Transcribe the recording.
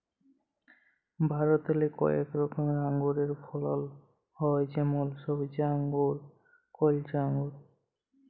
ভারতেল্লে কয়েক রকমের আঙুরের ফলল হ্যয় যেমল সইবজা আঙ্গুর, কাইলচা আঙ্গুর